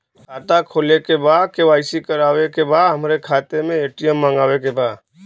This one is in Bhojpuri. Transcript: खाता खोले के बा के.वाइ.सी करावे के बा हमरे खाता के ए.टी.एम मगावे के बा?